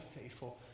faithful